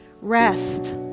Rest